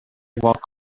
walk